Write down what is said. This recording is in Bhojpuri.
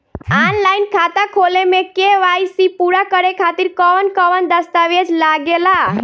आनलाइन खाता खोले में के.वाइ.सी पूरा करे खातिर कवन कवन दस्तावेज लागे ला?